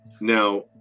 Now